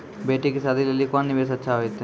बेटी के शादी लेली कोंन निवेश अच्छा होइतै?